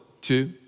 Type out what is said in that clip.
two